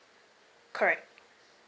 correct